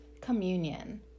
communion